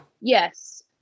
yes